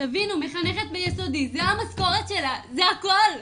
תבינו, מחנכת ביסודי זה המשכורת שלה, זה הכל.